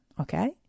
okay